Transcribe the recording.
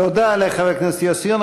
תודה לחבר הכנסת יוסי יונה.